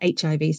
HIV